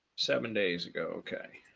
seven days ago. okay.